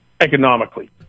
economically